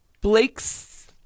Blakes